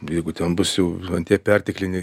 jeigu jau ten bus ant tiek pertekliniai